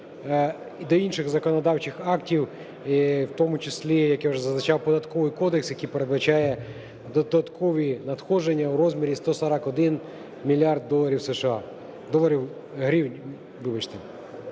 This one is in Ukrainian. до інших законодавчих актів, в тому числі, як я вже зазначав, Податковий кодекс, який передбачає додаткові надходження в розмірі 141 мільярд доларів